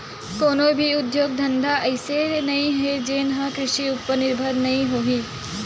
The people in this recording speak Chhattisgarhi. कोनो भी उद्योग धंधा अइसे नइ हे जउन ह कृषि उपर निरभर नइ होही